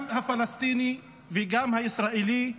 גם הפלסטיני וגם הישראלי,